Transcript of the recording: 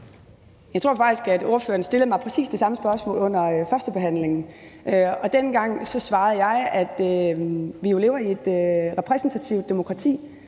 Jeg tror faktisk, at ordføreren stillede mig præcis det samme spørgsmål under førstebehandlingen, og dengang svarede jeg, at vi jo lever i et repræsentativt demokrati.